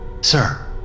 Sir